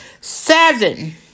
Seven